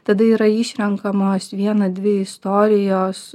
tada yra išrenkamos viena dvi istorijos